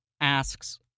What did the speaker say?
asks